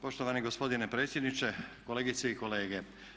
Poštovani gospodine predsjedniče, kolegice i kolege.